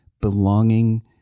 belonging